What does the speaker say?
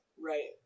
right